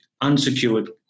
unsecured